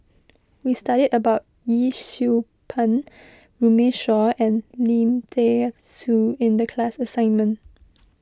we studied about Yee Siew Pun Runme Shaw and Lim thean Soo in the class assignment